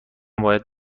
باید